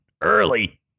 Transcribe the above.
early